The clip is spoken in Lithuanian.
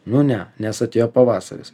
nu ne nes atėjo pavasaris